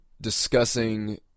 discussing